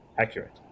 accurate